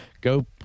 go